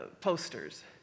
posters